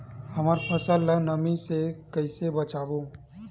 हमर फसल ल नमी से क ई से बचाबो?